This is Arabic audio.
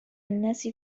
الناس